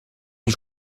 les